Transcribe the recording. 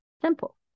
Simple